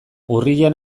urrian